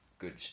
good